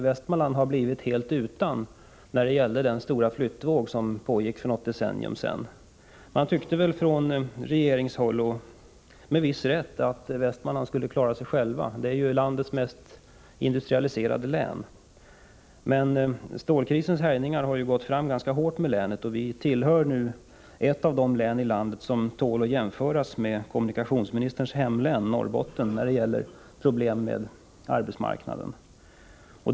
Västmanland har blivit så gott som helt utan sådan efter den stora flyttvågen för något decennium sedan. Från regeringshåll tyckte man, med viss rätt, att Västmanland skulle klara sig självt, eftersom det är landets mest industrialiserade län. Men stålkrisens härjningar har drabbat länet hårt, och det är nu ett av de län i landet som när det gäller arbetsmarknadsproblem tål att jämföras med kommunikationsministerns hemlän, Norrbottens län.